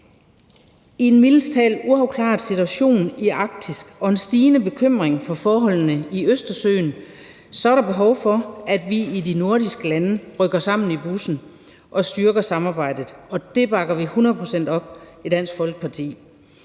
I en mildest talt uafklaret situation i Arktis og en stigende bekymring for forholdene i Østersøen er der behov for, at vi i de nordiske lande rykker sammen i bussen og styrker samarbejdet. Og det bakker vi hundrede procent op i Dansk Folkeparti.